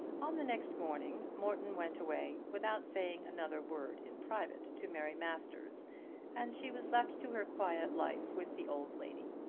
on the next morning morton went away without saying another word in private to mary masters and she was left to her quiet life with the old lady.